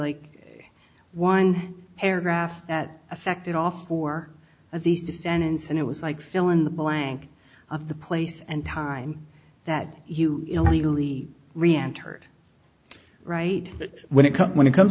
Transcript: like one paragraph that affected off four of these defendants and it was like fill in the blank of the place and time that you illegally re entered right when it comes when it comes